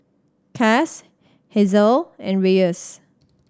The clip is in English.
Cas Hazelle and Reyes